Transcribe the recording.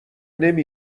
نمی